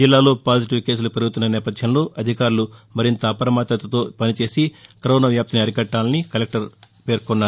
జిల్లాలో పాజిటీవ్ కేసులు పెరుగుతున్న నేపథ్యంలో అధికారులు మరింత అప్రమత్తతో పని చేసి కరోనా వ్యాప్తిని అరికట్టాలని కలెక్టర్ పేర్కొన్నారు